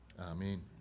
Amen